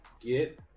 get